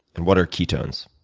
and what are ketones?